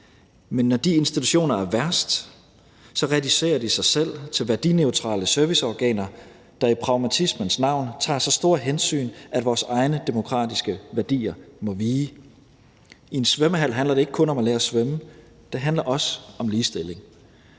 Men når de institutioner er værst, reducerer de sig selv til at være værdineutrale serviceorganer, der i pragmatismens navn tager så store hensyn, at vores egne demokratiske værdier må vige. I en svømmehal handler det ikke kun om at lære at svømme; det handler også om ligestilling.